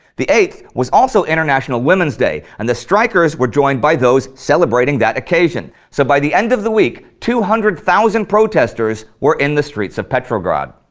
the eighth was also international women's day and the strikers were joined by those celebrating that occasion, so by the end of the week, two hundred thousand protesters were in the streets of petrograd.